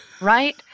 right